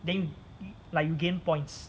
then like you gain points